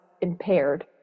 impaired